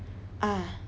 ah